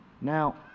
Now